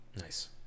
Nice